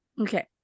okay